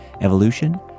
evolution